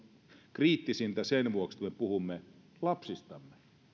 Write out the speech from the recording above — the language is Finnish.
kriittisintä sen vuoksi että me puhumme lapsistamme